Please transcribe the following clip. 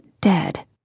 dead